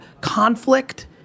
conflict